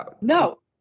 No